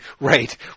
Right